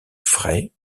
frais